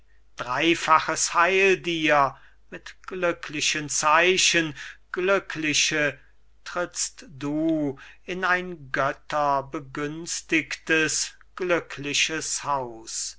dreifaches heil dir mit glücklichen zeichen glückliche trittst du in ein götterbegünstigtes glückliches haus